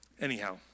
Anyhow